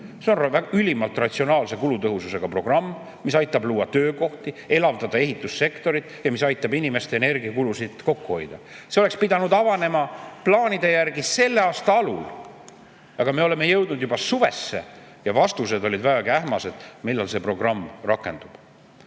See on ülimalt ratsionaalse kulutõhususega programm, mis aitab luua töökohti ja elavdada ehitussektorit ning aitab inimestel energiakulusid kokku hoida. See oleks plaanide järgi pidanud avanema selle aasta alul. Aga me oleme jõudnud juba suvesse ja vastused, millal see programm rakendub,